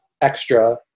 extra